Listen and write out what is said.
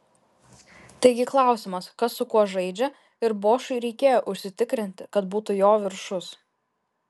taigi klausimas kas su kuo žaidžia ir bošui reikėjo užsitikrinti kad būtų jo viršus